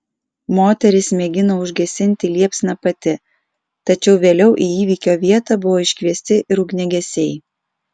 moteris mėgino užgesinti liepsną pati tačiau vėliau į įvykio vietą buvo iškviesti ir ugniagesiai